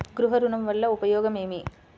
గృహ ఋణం వల్ల ఉపయోగం ఏమి?